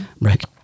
right